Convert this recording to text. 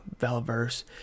Valverse